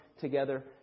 together